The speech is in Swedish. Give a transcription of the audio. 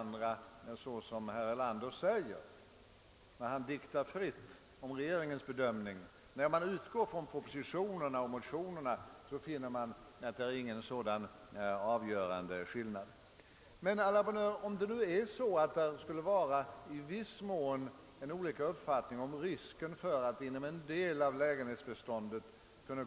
område, såsom herr Erlander säger när han diktar fritt om regeringens egen inställning — då man studerar motio nerna och propositionerna finner man inte någon sådan avgörande skillnad — vilka innebär i viss mån avvikande uppfattningar beträffande risken för väsentliga hyreshöjningar inom en del av lägenhetsbeståndet.